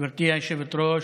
גברתי היושבת-ראש,